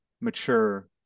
mature